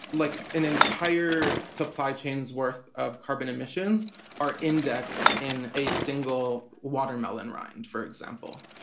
like an entire supply chains worth of carbon emissions are indexed in a single watermelon rind, for example.